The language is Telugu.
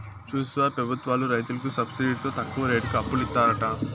చూస్తివా పెబుత్వాలు రైతులకి సబ్సిడితో తక్కువ రేటుకి అప్పులిత్తారట